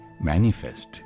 manifest